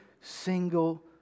single